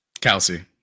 Kelsey